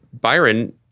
Byron